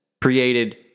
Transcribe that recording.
created